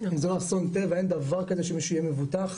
אם זה לא אסון טבע אין דבר כזה שמישהו יהיה מבוטח,